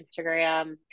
Instagram